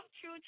true